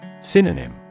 Synonym